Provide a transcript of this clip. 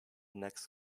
next